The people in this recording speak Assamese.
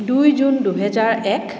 দুই জুন দুহেজাৰ এক